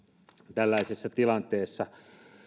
tällaisessa tilanteessa